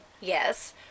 Yes